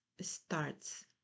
starts